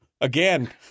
again